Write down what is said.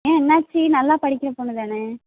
ஏன் என்னாச்சு நல்லா படிக்கிற பொண்ணுதானே